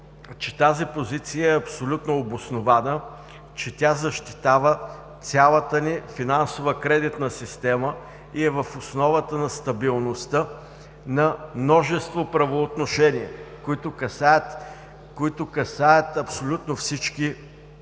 че тази позиция е абсолютно обоснована, че тя защитава цялата ни финансова кредитна система и е в основата на стабилността на множество правоотношения, които касаят абсолютно всички